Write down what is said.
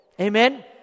Amen